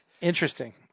Interesting